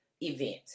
event